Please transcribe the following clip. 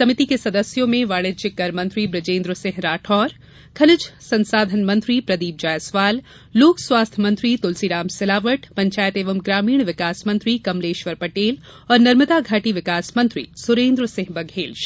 समिति के सदस्यों में वाणिज्यिक कर मंत्री बृजेन्द्र सिंह राठौर खनिज संसाधन मंत्री प्रदीप जायसवाल लोक स्वास्थ्य मंत्री तुलसीराम सिलावट पंचायत एवं ग्रामीण विकास मंत्री कमलेश्वर पटेल और नर्मदा घाटी विकास मंत्री सुरेन्द्र सिंह